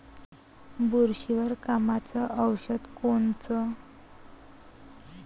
बुरशीवर कामाचं औषध कोनचं?